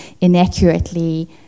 inaccurately